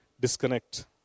disconnect